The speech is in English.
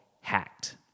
Hacked